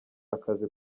akazi